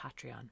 Patreon